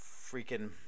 freaking